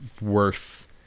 worth